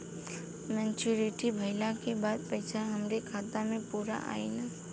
Maturity भईला के बाद पईसा हमरे खाता म पूरा आई न?